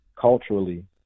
culturally